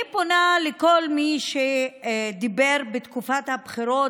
אני פונה לכל מי שדיבר בתקופת הבחירות